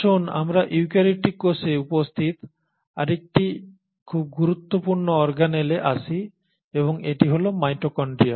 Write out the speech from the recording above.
আসুন আমরা ইউক্যারিওটিক কোষে উপস্থিত আরেকটি খুব গুরুত্বপূর্ণ অর্গানেলে আসি এবং এটি হল মাইটোকন্ড্রিয়া